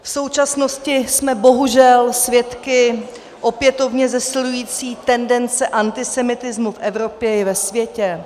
V současnosti jsme bohužel svědky opětovně zesilující tendence antisemitismu v Evropě i ve světě.